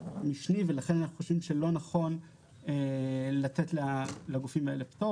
משני ולכן אנחנו חושבים שלא נכון לתת לגופים האלה פטור